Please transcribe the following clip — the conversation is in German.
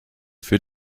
für